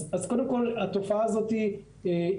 אז קודם כל התופעה הזאת היא קיימת.